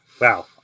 wow